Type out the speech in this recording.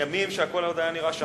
בימים שהכול עוד היה נראה שחור.